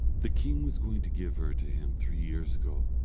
the king was going to give her to him three years ago,